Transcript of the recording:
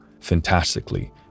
fantastically